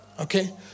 Okay